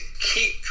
keep